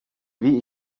wie